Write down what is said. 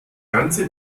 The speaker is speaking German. ganze